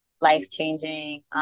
life-changing